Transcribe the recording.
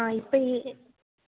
ആ ഇപ്പോള് ഈ